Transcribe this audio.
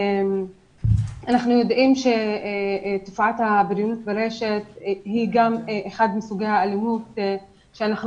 אנחנו יודעים שתופעת הבריונות ברשת היא גם אחד מסוגי האלימות שאנחנו